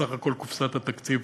בסך הכול, קופסת התקציב